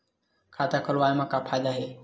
खाता खोलवाए मा का फायदा हे